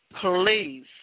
Please